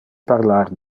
parlar